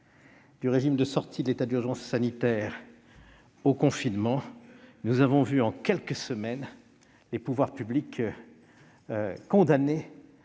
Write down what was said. du régime de sortie de l'état d'urgence sanitaire au confinement, nous avons vu en quelques semaines les pouvoirs publics condamnés